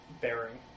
bearing